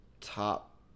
top